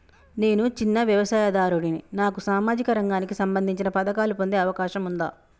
నేను చిన్న వ్యవసాయదారుడిని నాకు సామాజిక రంగానికి సంబంధించిన పథకాలు పొందే అవకాశం ఉందా?